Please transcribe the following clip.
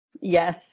Yes